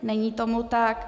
Není tomu tak.